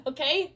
Okay